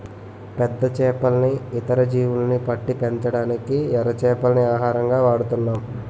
పెద్ద చేపల్ని, ఇతర జీవుల్ని పట్టి పెంచడానికి ఎర చేపల్ని ఆహారంగా వాడుతున్నాం